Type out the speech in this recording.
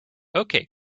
okay